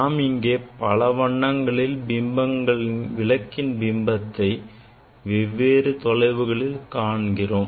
நாம் இங்கே பல வண்ணங்களில் விளக்கின் பிம்பத்தை வெவ்வேறு தொலைவுகளில் காண்கிறோம்